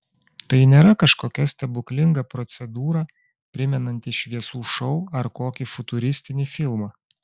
tai nėra kažkokia stebuklinga procedūra primenanti šviesų šou ar kokį futuristinį filmą